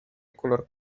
color